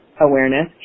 awareness